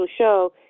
show